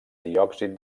diòxid